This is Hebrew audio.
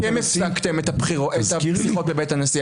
אתם הפסקתם את השיחות בבית הנשיא.